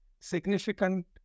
significant